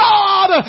God